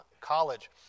college